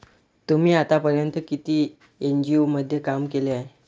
तुम्ही आतापर्यंत किती एन.जी.ओ मध्ये काम केले आहे?